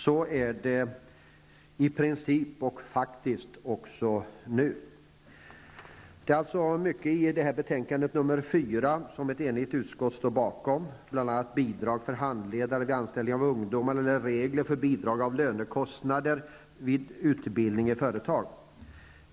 Så är det i princip och faktiskt även nu. Det är alltså mycket i betänkandet AU4 som ett enigt utskott står bakom, bl.a. bidrag för handledare vid anställning av ungdomar eller regler för bidrag till lönekostnader vid utbildning i företag.